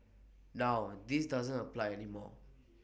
now this doesn't apply any more